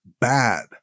bad